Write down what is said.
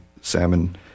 Salmon